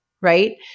Right